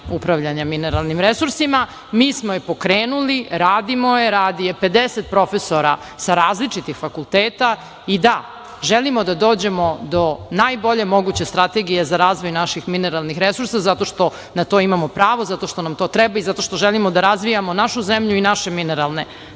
upravljanja mineralnim resursima, mi smo je pokrenuli, radimo je, radi je 50 profesora sa različitih fakulteta i, da, želimo da dođemo do najbolje moguće strategije za razvoj naših mineralnih resursa zato što na to imamo pravo, zato što nam to treba i zato što želimo da razvijamo našu zemlju i naše mineralne resurse. Pričamo